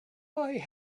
why